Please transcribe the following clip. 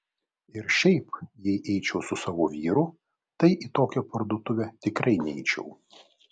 ir šiaip jei eičiau su savo vyru tai į tokią parduotuvę tikrai neičiau